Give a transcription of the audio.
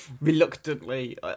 Reluctantly